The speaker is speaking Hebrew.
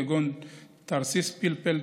כגון תרסיס פלפל,